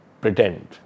pretend